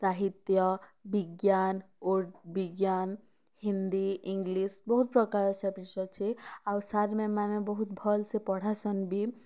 ସାହିତ୍ୟ ବିଜ୍ଞାନ୍ ବିଜ୍ଞାନ୍ ହିନ୍ଦୀ ଇଂଲିଶ୍ ବହୁତ୍ ପ୍ରକାର୍ ସବଜେଟ୍ ଅଛେ ଆରୁ ସାର୍ ମାମ୍ ମାନେ ବହୁତ ଭଲ୍ ସେ ପଢ଼ାସନ୍ ବି